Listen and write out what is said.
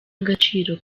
agaciro